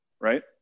Right